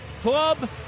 club